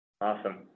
Awesome